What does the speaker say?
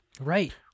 Right